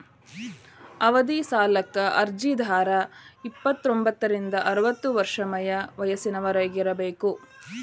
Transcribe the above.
ಅವಧಿ ಸಾಲಕ್ಕ ಅರ್ಜಿದಾರ ಇಪ್ಪತ್ತೋಂದ್ರಿಂದ ಅರವತ್ತ ವರ್ಷ ವಯಸ್ಸಿನವರಾಗಿರಬೇಕ